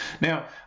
Now